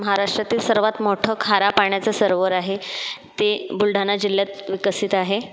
महाराष्ट्रातील सर्वात मोठ्ठं खाऱ्यापाण्याचं सरोवर आहे ते बुलढाणा जिल्ह्यात विकसित आहे